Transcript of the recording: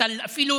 אתה אפילו